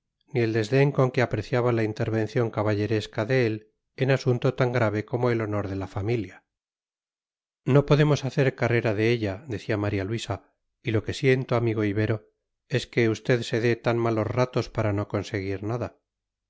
el desdén con que apreciaba la intervención caballeresca de él en asunto tan grave como el honor de la familia no podemos hacer carrera de ella decía maría luisa y lo que siento amigo ibero es que usted se dé tan malos ratos para no conseguir nada